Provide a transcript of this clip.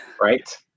right